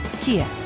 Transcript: Kia